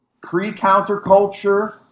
pre-counterculture